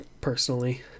personally